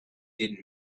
did